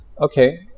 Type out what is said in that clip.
okay